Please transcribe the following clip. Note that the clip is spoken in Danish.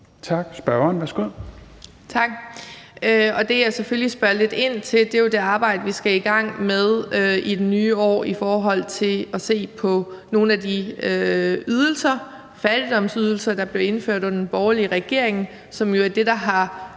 Bech-Nielsen (SF): Tak. Det, jeg selvfølgelig spørger lidt ind til, er det arbejde, vi skal i gang med i det nye år i forhold til at se på nogle af de ydelser, fattigdomsydelser, der blev indført under den borgerlige regering, som jo er det, der har